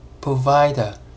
provider